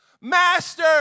Master